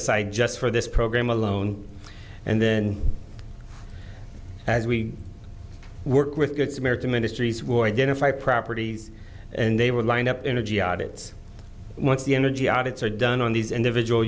aside just for this program alone and then as we work with good samaritan ministries will identify properties and they would line up energy audits once the energy audits are done on these individual